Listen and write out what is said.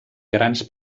grans